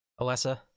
Alessa